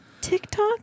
TikTok